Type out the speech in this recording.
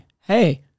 hey